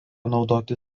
naudoti